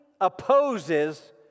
opposes